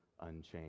unchanged